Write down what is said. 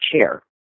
chair